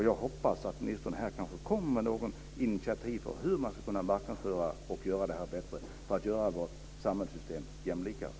Jag hoppas att ministern här kommer med något initiativ när det gäller hur man ska kunna marknadsföra detta bättre, så att vårt samhällssystem blir jämlikare.